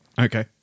Okay